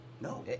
no